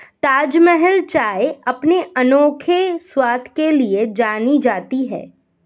ताजमहल चाय अपने अनोखे स्वाद के लिए जानी जाती है